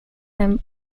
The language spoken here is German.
einem